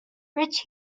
rich